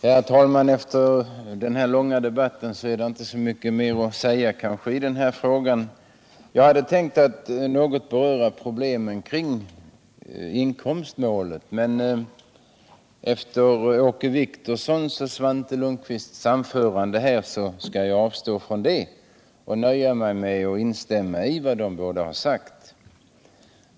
Herr talman! Efter den här långa debatten är det kanske inte så mycket mer att säga i denna fråga. Jag hade tänkt att något beröra problemen kring inkomstmålet, men efter Åke Wictorssons och Svante Lundkvists anföranden skall jag avstå från det och nöja mig med att instämma i vad de båda har sagt.